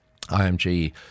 IMG